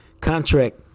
contract